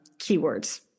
keywords